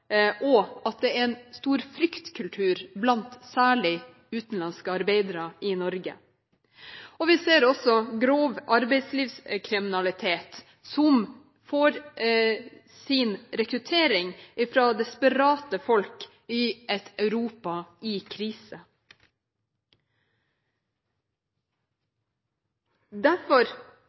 og at det er en stor fryktkultur, særlig blant utenlandske arbeidere i Norge. Vi ser også grov arbeidslivskriminalitet, som får sin rekruttering fra desperate folk i et Europa i